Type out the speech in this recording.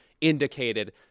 indicated